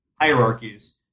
hierarchies